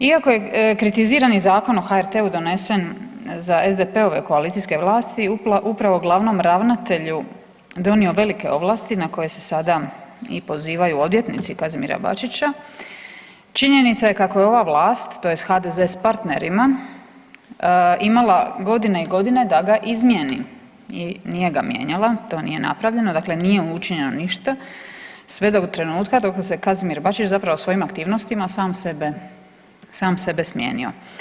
Iako je kritiziran i Zakon o HRT-u donesen za SDP-ove koalicijske vlasti upravo glavnom ravnatelju donio velike ovlasti na koje se sad i pozivaju odvjetnici Kazimira Bačića, činjenica je kako je ova vlast tj. HDZ s partnerima imala godine i godine da ga izmjeni i nije ga mijenjala, to nije napravljeno, dakle nije učinjeno ništa, sve do trenutka dok se Kazimir Bačić zapravo svojim aktivnostima sam sebe smijenio.